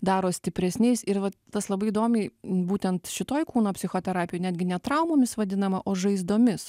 daro stipresniais ir vat tas labai įdomiai būtent šitoj kūno psichoterapijoj netgi ne traumomis vadinama o žaizdomis